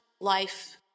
life